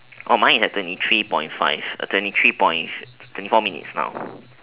oh mine is at twenty three point five twenty three point twenty four minutes now